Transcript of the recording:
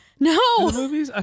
No